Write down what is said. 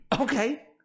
okay